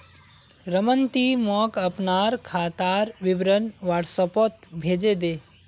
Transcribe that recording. रमन ती मोक अपनार खातार विवरण व्हाट्सएपोत भेजे दे